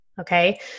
Okay